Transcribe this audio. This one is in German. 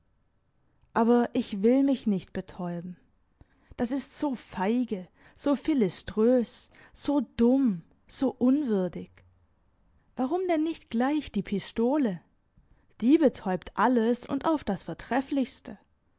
aber ich will mich nicht betäuben das ist so feige so philiströs so dumm so unwürdig warum denn nicht gleich die pistole die betäubt alles und auf das vortrefflichste